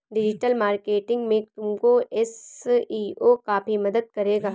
digital marketing में तुमको SEO काफी मदद करेगा